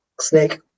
Snake